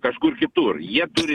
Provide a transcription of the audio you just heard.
kažkur kitur jie turi